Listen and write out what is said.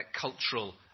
cultural